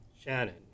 shannon